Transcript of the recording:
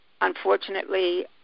unfortunately